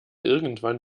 irgendwann